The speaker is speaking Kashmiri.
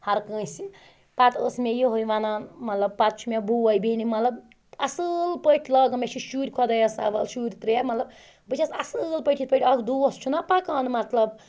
ہَر کٲنٛسہِ پَتہٕ ٲس مےٚ یِہٕے وَنان مَطلَب پَتہٕ چھُ مےٚ بوے بٮ۪نہِ مَطلَب اصل پٲٹھۍ لاگن مےٚ چھِ شُرۍ خۄدایَس حَوال شُرۍ ترٛےٚ بہٕ چھس اَصل پٲٹھۍ یِتھ پٲٹھۍ اَکھ دوس چھُنہ پَکان مَطلَب